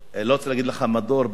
אני לא רוצה להגיד לך למדור באוצר,